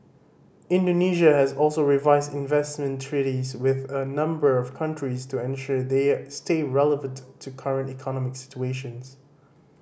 Indonesia has also revised investment treaties with a number of countries to ensure they stay relevant to current economic situations